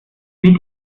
wie